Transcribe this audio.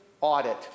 audit